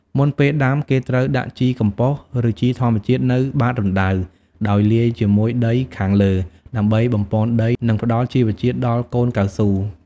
មុនពេលដាំ គេត្រូវដាក់ជីកំប៉ុស្ត ឬជីធម្មជាតិនៅបាតរណ្តៅ ដោយលាយជាមួយដីខាងលើ ដើម្បីបំប៉នដី និងផ្តល់ជីវជាតិដល់កូនកៅស៊ូ។